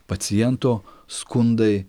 paciento skundai